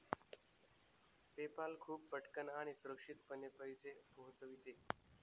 PayPal खूप पटकन आणि सुरक्षितपणे पैसे पोहोचविते